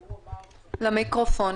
בבקשה.